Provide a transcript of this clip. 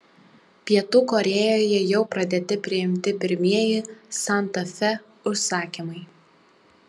pietų korėjoje jau pradėti priimti pirmieji santa fe užsakymai